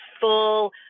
full